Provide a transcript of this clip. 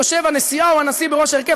יושב הנשיא או הנשיא בראש ההרכב.